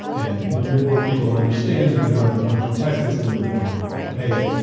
and the more people understand that they don't have a functioning tax system, the more people won't pay it,